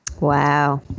Wow